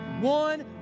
one